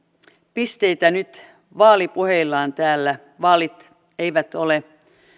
pisteitä nyt vaalipuheillaan täällä vaalit eivät ole